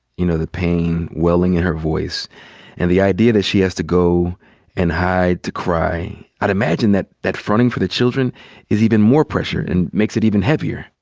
you know, the pain welling in her voice and the idea that she has to go and hide to cry, i'd imagine that that fronting for the children is even more pressure and makes it even heavier.